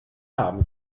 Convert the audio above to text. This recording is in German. haben